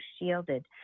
shielded